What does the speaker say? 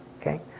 okay